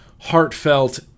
heartfelt